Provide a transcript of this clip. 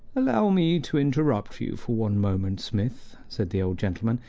allow me to interrupt you for one moment, smith, said the old gentleman,